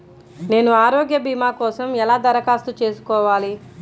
నేను ఆరోగ్య భీమా కోసం ఎలా దరఖాస్తు చేసుకోవాలి?